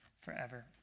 forever